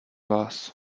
vás